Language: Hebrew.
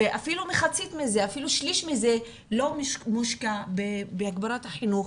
ואפילו מחצית או שליש מזה לא מושקע בהגברת החינוך